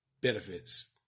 benefits